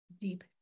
deep